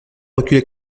reculer